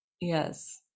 Yes